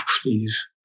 please